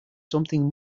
something